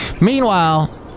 Meanwhile